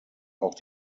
auch